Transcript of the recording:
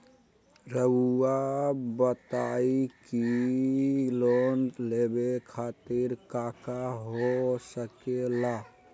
रउआ बताई की लोन लेवे खातिर काका हो सके ला?